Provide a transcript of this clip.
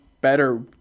better